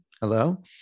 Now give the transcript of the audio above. Hello